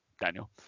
Daniel